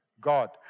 God